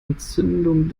entzündungen